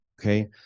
Okay